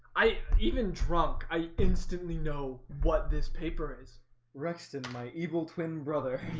i even drunk i instantly know what this paper is rest in my evil twin brother